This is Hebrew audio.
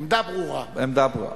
העמדה ברורה.